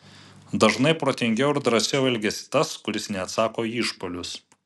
dažnai protingiau ir drąsiau elgiasi tas kuris neatsako į išpuolius